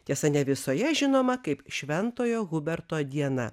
tiesa ne visoje žinoma kaip šventojo huberto diena